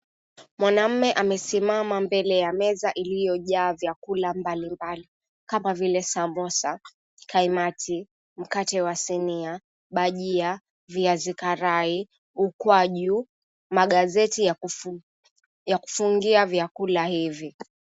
Mwanamume amesimama mbele ya meza iliyojaa vyakula mbalimbali kama vile samosa , kaimati, mkate wa sinia, bajia, viazi karai, ukwaju, magazeti ya kufungia vyakula hivi.